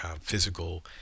physical